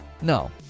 No